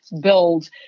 build